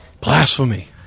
Blasphemy